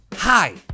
Hi